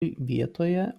vietoje